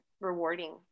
rewarding